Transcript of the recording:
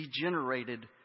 degenerated